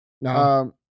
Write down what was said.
No